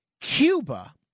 Cuba